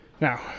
Now